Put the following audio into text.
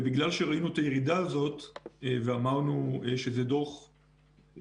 בגלל שראינו את הירידה הזו ואמרנו שזה דוח ראשוני,